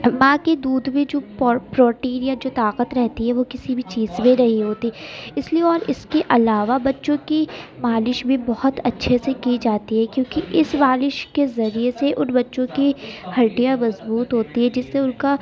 ماں کی دودھ میں جو پروٹین یا جو طاقت رہتی ہے وہ کسی بھی چیز میں نہیں ہوتی اس لیے اور اس کے علاوہ بچوں کی مالش بھی بہت اچھے سے کی جاتی ہے کیوں کہ اس مالش کے ذریعے سے ان بچوں کی ہڈیاں مضبوط ہوتی ہے جس سے ان کا